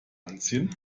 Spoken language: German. anziehen